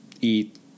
eat